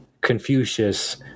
Confucius